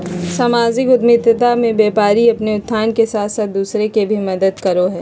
सामाजिक उद्द्मिता मे व्यापारी अपने उत्थान के साथ साथ दूसर के भी मदद करो हय